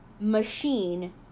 machine